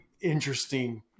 interesting